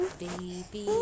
baby